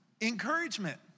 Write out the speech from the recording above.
encouragement